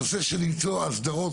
הנושא של למצוא הסדרות,